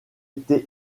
été